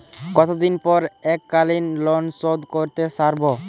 কতদিন পর এককালিন লোনশোধ করতে সারব?